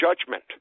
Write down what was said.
judgment